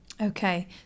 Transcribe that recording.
Okay